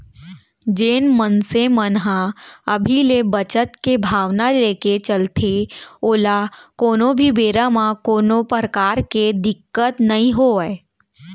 जेन मनसे मन ह अभी ले बचत के भावना लेके चलथे ओला कोनो भी बेरा म कोनो परकार के दिक्कत नइ होवय